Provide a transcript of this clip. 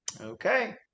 okay